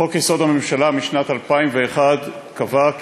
בחוק-יסוד: הממשלה שנחקק בשנת 2001 נקבע כי